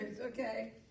okay